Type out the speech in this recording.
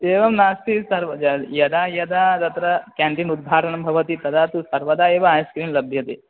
एवं नास्ति सर् यदा यदा तत्र केन्टीन् उद्घाटनं भवति तदा तु सर्वदा एव ऐस्क्रीम् लभ्यते